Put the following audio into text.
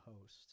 host